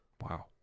wow